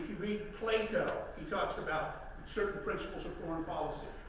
read plato, he talks about certain principles of foreign policy.